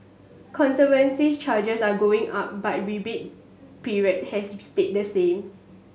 conservancy charges are going up but rebate period has stayed the same